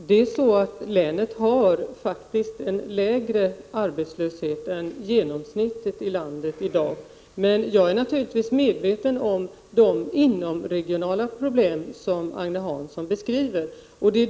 Herr talman! Länet har faktiskt en lägre arbetslöshet än vad genomsnittet i landet i dag har. Men jag är naturligtvis medveten om de inomregionala problem som Agne Hansson beskriver.